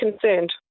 concerned